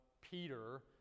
Peter